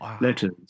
letters